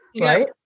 right